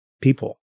people